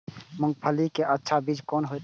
मूंगफली के अच्छा बीज कोन होते?